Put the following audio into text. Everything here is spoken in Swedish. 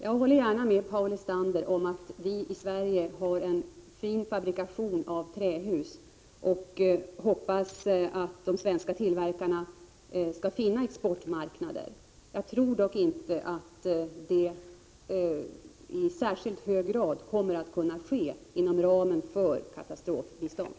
Jag håller gärna med Paul Lestander om att vi i Sverige har en fin fabrikation av trähus, och jag hoppas att de svenska tillverkarna skall finna exportmarknader. Jag tror dock inte att det i särskilt hög grad kommer att kunna ske inom ramen för katastrofbistånd.